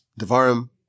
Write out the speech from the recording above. Devarim